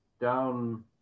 down